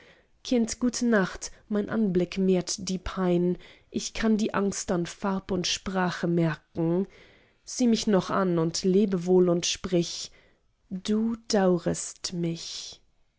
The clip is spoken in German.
kind gute nacht mein anblick mehrt die pein ich kann die angst an farb und sprache merken sieh mich noch an und lebe wohl und sprich du daurest mich